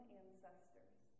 ancestors